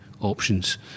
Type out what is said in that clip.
options